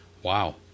Wow